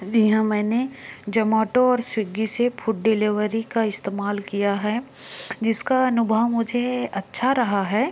दि हाँ मैंने जोमोटो और स्वीग्गी से फूड डिलेवरी का इस्तेमाल किया है जिसका अनुभव मुझे अच्छा रहा है